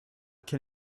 can